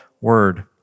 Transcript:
word